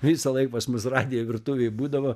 visąlaik pas mus radiją virtuvėj būdavo